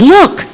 Look